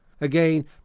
Again